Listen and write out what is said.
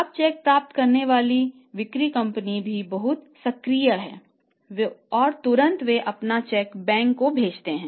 अब चेक प्राप्त करने वाली बिक्री कंपनी भी बहुत सक्रिय हैं और तुरंत वे अपना चेक बैंक को भेजते हैं